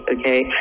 okay